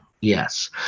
yes